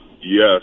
yes